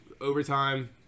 overtime